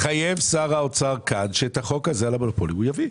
התחייב שר האוצר כאן שאת החוק הזה על המונופול הוא יביא.